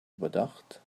überdacht